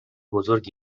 بزرگ